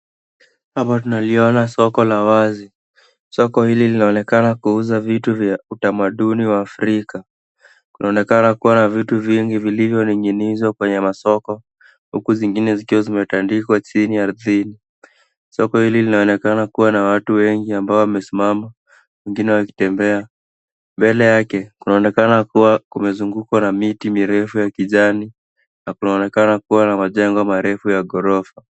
Hapa tunaliona soko la wazi. Soko hili linaonekana kuuza vitu vya utamaduni wa afrika. Kunaonekana kuwa na vitu vingi vilivyoning'inizwa kwenye masoko huku zingine zikiwa zimetandikwa chini ardhini. Soko hili linaonekana kuwa na watu wengi ambao wamesimama wengine wakitembea. Mbele yake kunaonekana kuwa kumezungukwa na miti mirefu ya kijani na kunaonekana kuwa na majengo marefu ya ghorofa.